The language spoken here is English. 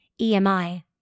EMI